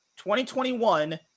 2021